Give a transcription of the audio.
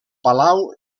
palau